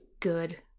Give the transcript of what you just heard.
Good